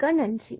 மிக்க நன்றி